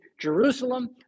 Jerusalem